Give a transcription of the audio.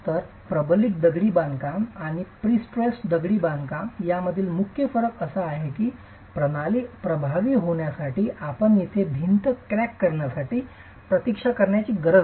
तर प्रबलित दगडी बांधकाम आणि प्रीस्ट्रेस्ड दगडी बांधकाम यांच्यातील मुख्य फरक असा आहे की प्रणाली प्रभावी होण्यासाठी आपण येथे भिंत क्रॅक करण्यासाठी प्रतीक्षा करण्याची गरज नाही